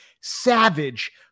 savage